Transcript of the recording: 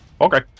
Okay